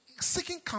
seeking